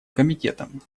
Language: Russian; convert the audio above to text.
комитетом